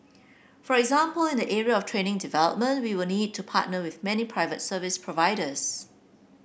for example in the area of training development we will need to partner with many private service providers